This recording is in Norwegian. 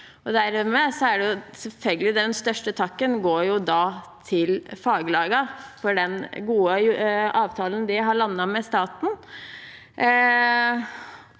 selvfølgelig den største takken til faglagene for den gode avtalen de har landet med staten.